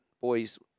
Boys